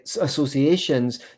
associations